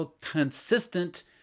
consistent